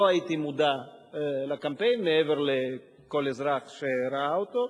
לא הייתי מודע לקמפיין מעבר לכל אזרח שראה אותו.